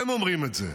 הם אומרים את זה.